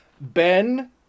Ben